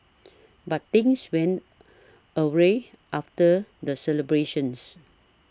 but things went awry after the celebrations